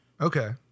Okay